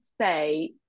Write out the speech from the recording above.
say